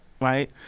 right